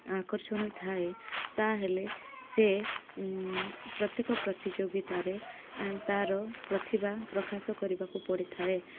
ଆକର୍ଷଣ ଥାଏ ତା'ହେଲେ ସେ ପ୍ରତ୍ୟେକ ପ୍ରତିଯୋଗିତାରେ ତା'ର ପ୍ରତିଭା ପ୍ରକାଶ କରିବାକୁ ପଡ଼ିଥାଏ